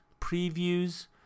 previews